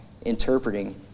interpreting